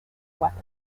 weapon